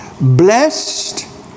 Blessed